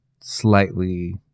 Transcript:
slightly